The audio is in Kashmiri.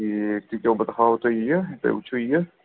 یہِ کہِ بہٕ ہاوہو تۅہہِ یہِ تُہۍ وُچھِو یہِ